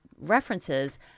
references